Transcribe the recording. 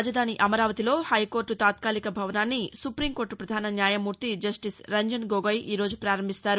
రాజధాని అమరావతిలో హైకోర్ట తాత్కాలిక భవనాన్ని సుపీంకోర్ట ప్రధాన న్యాయమూర్తి జస్టిస్ రంజన్ గొగయ్ ఈరోజు ప్రారంభిస్తారు